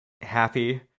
happy